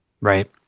Right